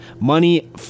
money